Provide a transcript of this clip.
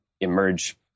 emerge